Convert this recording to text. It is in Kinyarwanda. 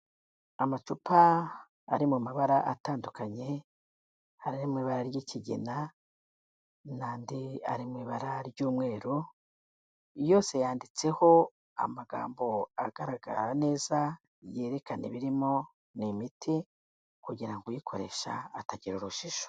Amacupa ari mu mabara atandukanye, hari ari mu ibara ry'ikigina, n'andi ari mu ibara ry'umweru, yose yanditseho amagambo agaragara neza yerekana ibirimo ni imiti, kugira ngo uyikoresha atagira urujijo.